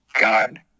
God